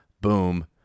Boom